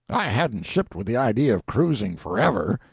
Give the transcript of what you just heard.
i hadn't shipped with the idea of cruising forever.